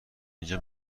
اینجا